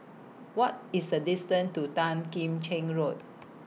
What IS The distance to Tan Kim Cheng Road